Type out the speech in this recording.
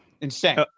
Insane